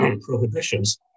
prohibitions